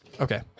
Okay